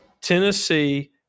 Tennessee